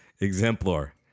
exemplar